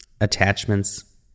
attachments